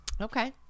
Okay